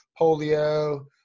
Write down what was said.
polio